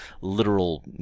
literal